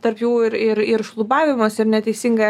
tarp jų ir ir ir šlubavimas ir neteisinga